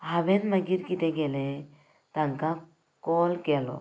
हांवेन मागीर कितें केलें तांकां काॅल केलो